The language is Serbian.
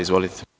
Izvolite.